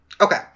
okay